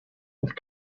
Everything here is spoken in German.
und